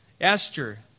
Esther